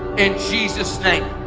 in jesus' name,